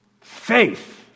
faith